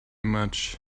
much